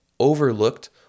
overlooked